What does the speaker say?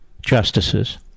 justices